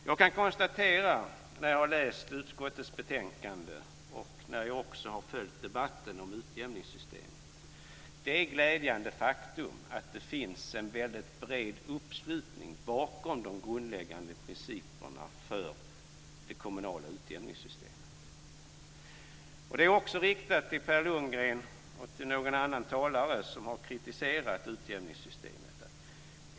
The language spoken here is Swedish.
Jag har läst utskottets betänkande och följt debatten om utjämningssystemet, och jag kan konstatera det glädjande faktum att det finns en väldigt bred uppslutning bakom de grundläggande principerna för det kommunala utjämningssystemet. Detta är också riktat till Per Landgren m.fl. talare som har kritiserat utjämningssystemet.